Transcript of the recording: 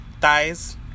thighs